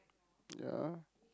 ya